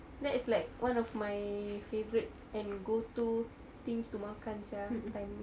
that is like one my favourite and go to things to makan sia time